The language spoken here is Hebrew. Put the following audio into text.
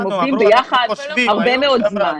והם עובדים ביחד הרבה מאוד זמן.